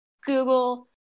Google